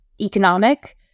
economic